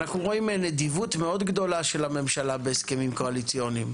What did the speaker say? אנחנו רואים נדיבות מאוד גדולה של הממשלה בהסכמים קואליציוניים.